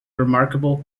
remarkable